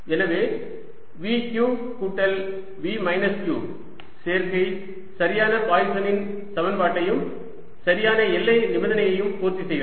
எனவே Vq கூட்டல் V minus q சேர்க்கை சரியான பாய்சனின் சமன்பாட்டையும் சரியான எல்லை நிபந்தனையையும் பூர்த்தி செய்கிறது